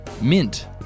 mint